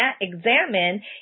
examine